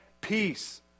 peace